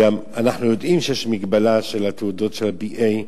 אנחנו יודעים שיש מגבלה של התעודות של ה-BA,